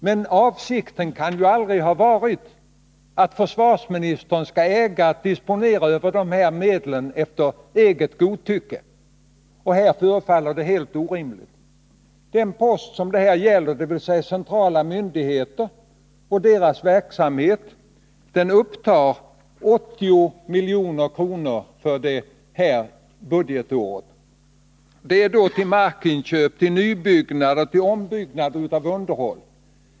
Men avsikten kan aldrig ha varit att försvarsministern skall äga att disponera över de här medlen efter eget godtycke. och det som här skett förefaller helt orimligt. Den post det här gäller, dvs. centrala myndigheter och deras verksamhet, upptar 80 milj.kr. för det här budgetåret till markinköp, nybyggnader, ombyggnader och underhåll.